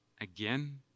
again